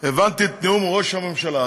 הבנתי את נאום ראש הממשלה.